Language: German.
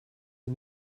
sie